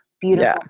beautiful